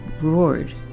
roared